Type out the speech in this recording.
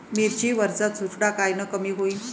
मिरची वरचा चुरडा कायनं कमी होईन?